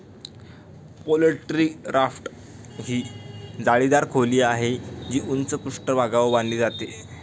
poultry raft ही जाळीदार खोली आहे, जी उंच पृष्ठभागावर बांधली जाते